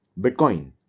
Bitcoin